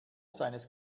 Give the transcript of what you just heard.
seines